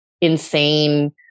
insane